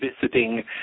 visiting